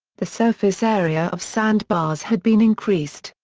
the surface area of sandbars had been increased,